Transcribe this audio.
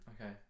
Okay